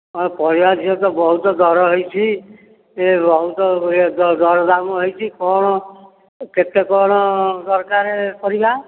ହଁ ପରିବା ଝିଅ ତ ବହୁତ ଦର ହୋଇଛି ଏ ବହୁତ ଇଏ ଦର ଦାମ ହୋଇଛି କ'ଣ କେତେ କ'ଣ ଦରକାର ପରିବା